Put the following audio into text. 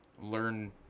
learn